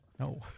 No